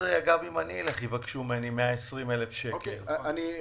בסנהדריה גם ממני יבקשו 120,000 שקל.